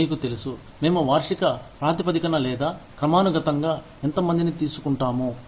మీకు తెలుసు మేము వార్షిక ప్రాతిపదికన లేదా క్రమానుగతంగా ఎంత మందిని తీసుకుంటాము